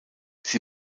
sie